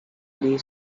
lee